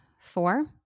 four